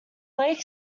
lake